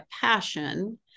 passion